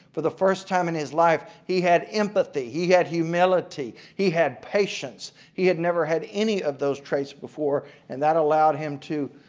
for the first time in his life he had empathy, he had humility, he had patience, he had never had any of those traits before and that allowed him to